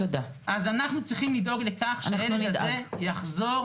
אז אנחנו צריכים לדאוג לכך שהילד הזה יחזור